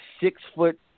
six-foot